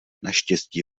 naštěstí